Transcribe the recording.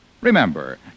Remember